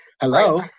hello